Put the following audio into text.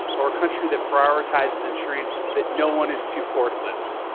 or a country that prioritizes, insuring that no one is too poor to live.